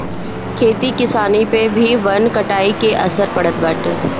खेती किसानी पअ भी वन कटाई के असर पड़त बाटे